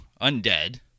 undead